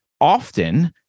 Often